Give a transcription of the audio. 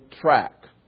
track